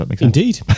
Indeed